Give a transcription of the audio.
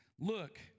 Look